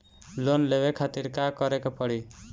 Loan लेवे खातिर का करे के पड़ी?